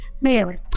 Mary